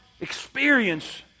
experience